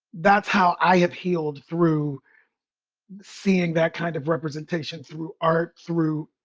that's how i have healed through seeing that kind of representation, through art, through,